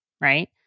right